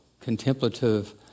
contemplative